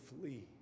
flee